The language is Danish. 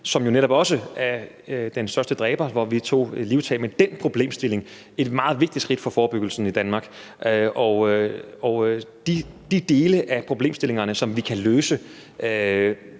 jo netop også er den største dræber. Og vi tog livtag med den problemstilling – et meget vigtigt skridt for forebyggelsen i Danmark. Og de dele af problemstillingerne, som vi kan løse